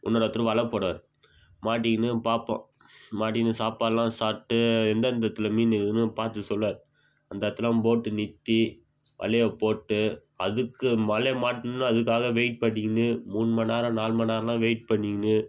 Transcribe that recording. இன்னோருத்தர் வலை போடுவார் மாட்டிக்கின்னு பார்ப்போம் மாட்டிக்கின்னு சாப்பாடெலாம் சாப்பிட்டு எந்தெந்த இடத்துல மீன் இருக்குதுன்னு பார்த்து சொல்லுவார் அந்த இடத்துல போட்டு நிறுத்தி வலையை போட்டு அதுக்கு வலையில் மாட்டணுன்னு அதுக்காக வெயிட் பண்ணிக்கின்னு மூணு மணி நேரம் நாலு மணி நேரமெலாம் வெயிட் பண்ணிக்கின்னு